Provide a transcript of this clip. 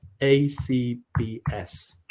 ACBS